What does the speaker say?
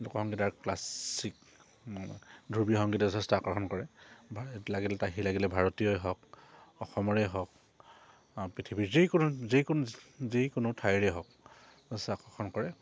লোক সংগীত আৰু ক্লাছিক ধ্ৰৱী সংগীত যথেষ্ট আকৰ্ষণ কৰে লাগিলে সি লাগিলে ভাৰতীয় হওক অসমৰে হওক পৃথিৱীৰ যিকোনো যিকোনো যিকোনো ঠাইৰে হওক যথেষ্ট আকৰ্ষণ কৰে